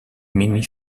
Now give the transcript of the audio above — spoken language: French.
mimi